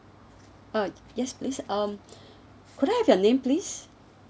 uh yes please um could I have your name please